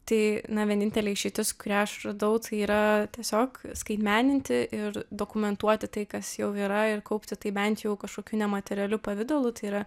tai na vienintelė išeitis kurią aš radau tai yra tiesiog skaitmeninti ir dokumentuoti tai kas jau yra ir kaupti tai bent jau kažkokiu nematerialiu pavidalu tai yra